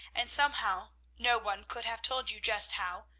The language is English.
and somehow, no one could have told you just how,